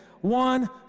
One